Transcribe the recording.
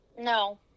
No